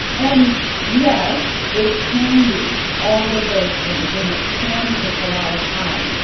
and yes it can be all of those things and it can take a lot of time.